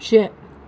شےٚ